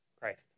Christ